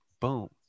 boom